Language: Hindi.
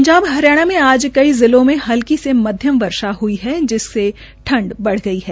ंजाब हरियाणा में आज कई जिले में हल्की से मध्यम वर्षा हई है जिस से ठंड बढ़ गई है